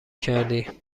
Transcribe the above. کردی